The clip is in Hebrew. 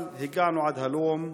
אבל הגענו עד הלום,